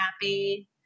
happy